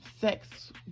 sex